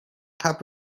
top